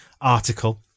article